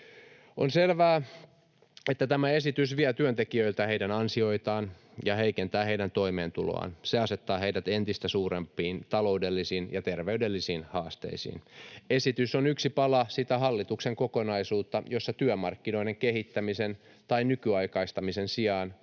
On selvää, että tämä esitys vie työntekijöiltä heidän ansioitaan ja heikentää heidän toimeentuloaan. Se asettaa heidät entistä suurempiin taloudellisiin ja terveydellisiin haasteisiin. Esitys on yksi pala sitä hallituksen kokonaisuutta, jossa työmarkkinoiden kehittämisen tai nykyaikaistamisen sijaan